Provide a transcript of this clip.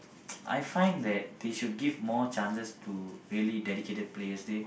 I find that they should give more chances to really dedicated players they